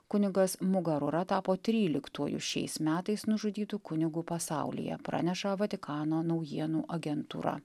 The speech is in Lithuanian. kunigas mugarura tapo tryliktuoju šiais metais nužudytu kunigu pasaulyje praneša vatikano naujienų agentūra